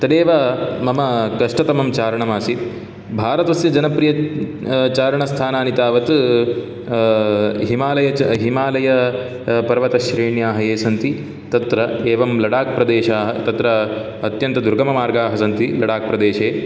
तदेव मम कष्टतमं चारणमासीत् भारतस्य जनप्रियचारणस्थानानि तावत् हिमालयच हिमालयपर्वतश्रेण्याः ये सन्ति तत्र एवं लडाक् प्रदेशाः तत्र अत्यन्तदुर्गममार्गाः सन्ति लडाक् प्रदेशे